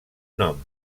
nom